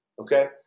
okay